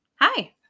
Hi